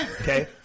Okay